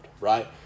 right